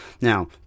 Now